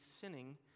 sinning